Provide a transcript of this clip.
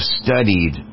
studied